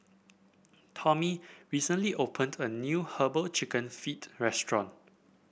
Tomie recently opened a new herbal chicken feet restaurant